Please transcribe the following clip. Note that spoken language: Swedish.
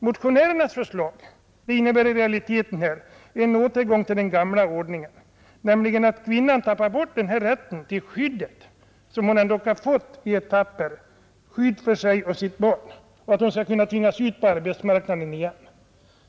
Motionärernas förslag innebär i realiteten en återgång till den gamla ordningen, nämligen att kvinnan tappar bort rättigheten till skyddet, som hon ändock har fått i etapper, för sig och sitt barn, och att hon kan tvingas ut på arbetsmarknaden igen.